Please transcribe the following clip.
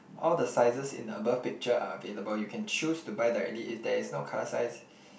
all the sizes in the above picture are available you can choose to buy directly if there is no colour size